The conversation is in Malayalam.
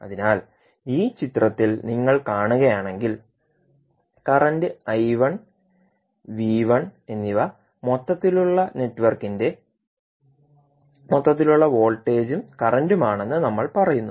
അതിനാൽ ഈ ചിത്രത്തിൽ നിങ്ങൾ കാണുകയാണെങ്കിൽ കറൻറ് എന്നിവ മൊത്തത്തിലുള്ള നെറ്റ്വർക്കിന്റെ മൊത്തത്തിലുള്ള വോൾട്ടേജും കറന്റുമാണെന്ന് നമ്മൾ പറയുന്നു